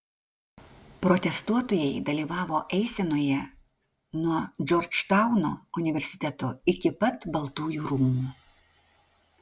protestuotojai dalyvavo eisenoje nuo džordžtauno universiteto iki pat baltųjų rūmų